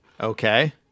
Okay